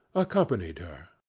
accompanied her.